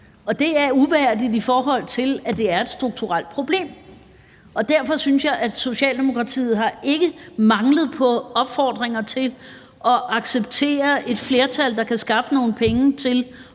og det er uværdigt, i forhold til at det er et strukturelt problem. Derfor synes jeg, at det for Socialdemokratiet ikke har manglet på opfordringer til at acceptere et flertal, der kan skaffe nogle penge til